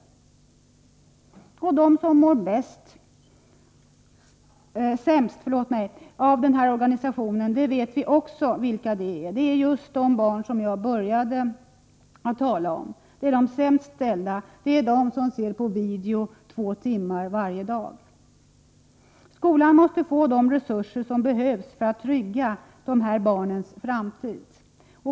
Vi vet också vilka det är som mår sämst av denna organisation. Det är just de barn som jag började tala om, de sämst ställda, de som ser på video två timmar varje dag. Skolan måste få de resurser som behövs för att trygga dessa barns framtid.